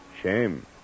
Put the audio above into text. Shame